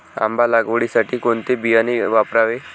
आंबा लागवडीसाठी कोणते बियाणे वापरावे?